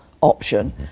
option